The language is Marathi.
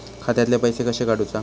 खात्यातले पैसे कशे काडूचा?